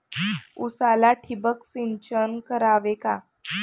उसाला ठिबक सिंचन करावे का?